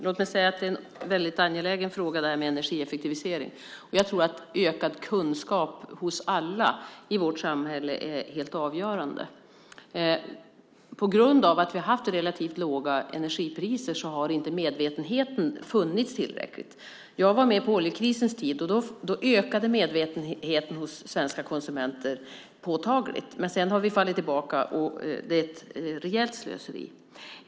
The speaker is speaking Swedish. Fru talman! Frågan om energieffektivisering är väldigt angelägen. Jag tror att ökad kunskap hos alla i vårt samhälle är helt avgörande. På grund av att vi har haft relativt låga energipriser har medvetenheten inte varit tillräckligt stor. Jag var med på oljekrisens tid. Då ökade medvetenheten hos svenska konsumenter påtagligt. Men sedan har vi fallit tillbaka, och det är ett rejält slöseri.